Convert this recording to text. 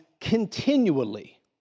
continually